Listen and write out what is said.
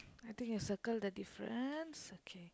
I thought you have circle the difference okay